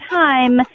time